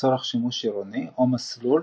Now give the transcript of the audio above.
לצורך שימוש עירוני או מסלול,